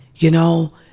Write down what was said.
you know,